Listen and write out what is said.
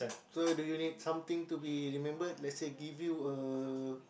so do you need something to be remembered let's say give you a